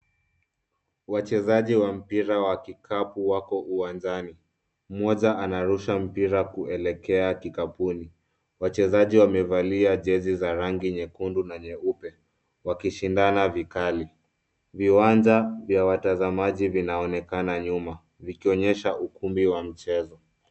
Wachezaji wa mpira wa kikapu wako uwanjani, mmoja anarusha mpira kuelekea kikapuni. Wachezaji wamevalia jezi za rangi nyekundu na nyeupe wakishindana vikali. Viwanja vya watazamaji vinaonekana nyuma vikionyesha ukumbi wa mchezo.